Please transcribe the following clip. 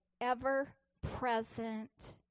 ever-present